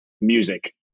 music